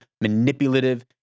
manipulative